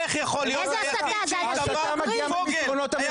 איך יכול להיות -- איפה אהוד ברק,